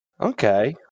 Okay